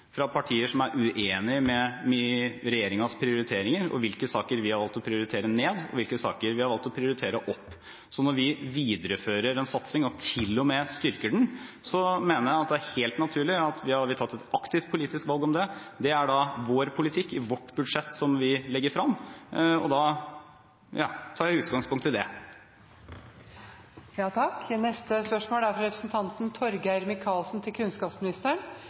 fra partier som er uenig i regjeringens prioriteringer, hvilke saker vi har valgt å prioritere ned, og hvilke saker vi har vagt å prioritere opp. Så når vi viderefører en satsing og til og med styrker den, mener jeg det er helt naturlig – når vi har tatt et aktivt politisk valg – at det da er vår politikk i vårt budsjett som vi legger frem. Da tar jeg utgangspunkt i det. Dette spørsmålet, fra representanten Torgeir Micaelsen til kunnskapsministeren,